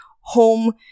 home